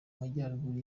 majyaruguru